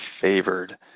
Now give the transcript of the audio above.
favored